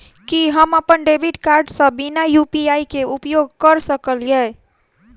की हम अप्पन debit card केँ बिना यु.पी.आई केँ उपयोग करऽ सकलिये?